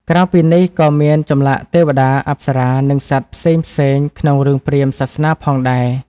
ក្រៅពីនេះ ក៏មានចម្លាក់ ទេវតា អប្សរា និងសត្វផ្សេងៗក្នុងរឿងព្រាហ្មណ៍សាសនាផងដែរ។